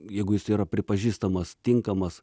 jeigu jis yra pripažįstamas tinkamas